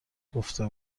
گفته